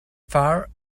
far